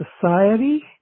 society